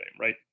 right